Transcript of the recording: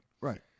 Right